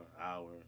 hour